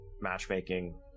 matchmaking